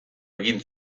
egin